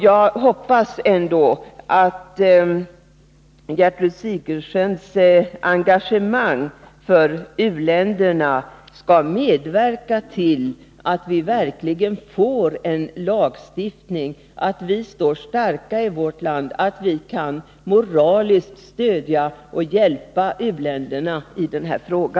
Jag hoppas ändå att Gertrud Sigurdsen, med sitt engagemang för u-länderna, skall medverka till att vi verkligen får en lagstiftning, så att vi i vårt land står starka och kan moraliskt stödja och hjälpa u-länderna i denna fråga.